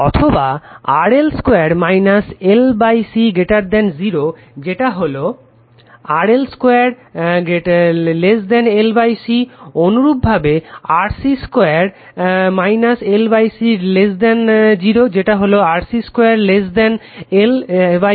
অথবা RL 2 L C 0 যেটা হলো RL 2 L C অনুরূপভাবে RC 2 L C 0 যেটা হলো RC 2 L C